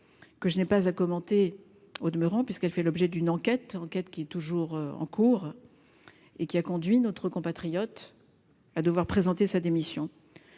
que je n'ai pas à commenter, au demeurant, puisqu'elle fait l'objet d'une enquête, enquête qui est toujours en cours et qui a conduit notre compatriote à devoir présenter sa démission,